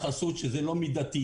לא מידתי.